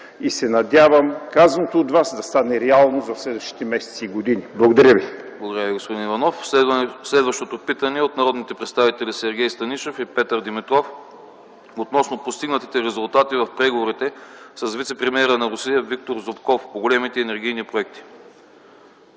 и се надявам казаното от Вас да стане реалност в следващите месеци и години. ПРЕДСЕДАТЕЛ АНАСТАС АНАСТАСОВ: Благодаря Ви, господин Иванов. Следващото питане е от народните представители Сергей Станишев и Петър Димитров относно постигнатите резултати в преговорите с вицепремиера на Русия Виктор Зубков по големите енергийни проекти.